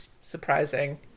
surprising